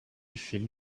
feel